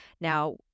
now